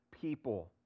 people